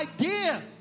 idea